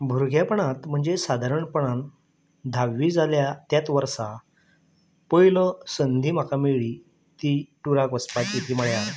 भुरगेपणात म्हणजे सादारणपणान धाव्वी जाल्या तेंच वर्सा पयलो संधी म्हाका मेळ्ळी ती टुराक वचपाची ती म्हळ्यार